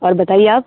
और बताइए आप